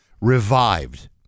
revived